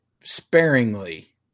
sparingly